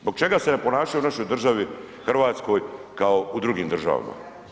Zbog čega se ne ponašaju u našoj državi Hrvatskoj kao u drugim državama?